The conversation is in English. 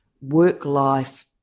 work-life